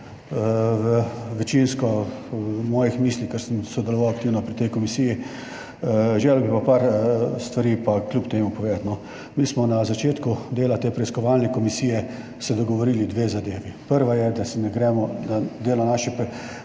večinsko mojih misli, ker sem sodeloval aktivno pri tej komisiji, želel bi pa nekaj stvari kljub temu povedati. Mi smo se na začetku dela te preiskovalne komisije dogovorili dve zadevi. Prva je, da delo naše preiskovalne komisije